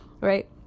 right